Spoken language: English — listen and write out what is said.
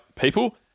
people